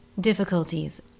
Difficulties